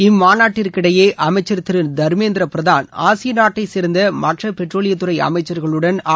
இம்மாநாட்டிற்கிடையே அமைச்சர் திரு தர்மேந்திர பிரதான் ஆசிய நாட்டைச் சேர்ந்த மற்ற பெட்ரோலியத்துறை அமைச்சர்களுடன் ஆலோசனை நடத்தவுள்ளார்